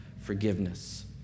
forgiveness